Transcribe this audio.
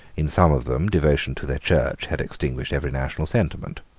in some of them devotion to their church had extinguished every national sentiment.